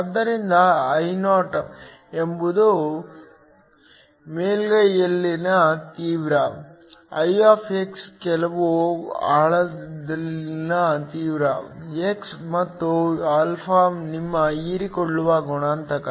ಆದ್ದರಿಂದ Io ಎಂಬುದು ಮೇಲ್ಮೈಯಲ್ಲಿನ ತೀವ್ರತೆ I ಕೆಲವು ಆಳದಲ್ಲಿನ ತೀವ್ರತೆ x ಮತ್ತು α ನಿಮ್ಮ ಹೀರಿಕೊಳ್ಳುವ ಗುಣಾಂಕ